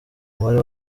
umubare